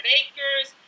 acres